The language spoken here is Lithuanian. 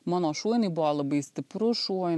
mano šuo jinai buvo labai stiprus šuo